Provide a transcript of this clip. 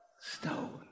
Stone